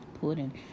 pudding